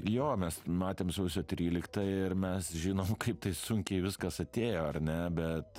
jo mes matėm sausio tryliktąją ir mes žinom kaip tai sunkiai viskas atėjo ar ne bet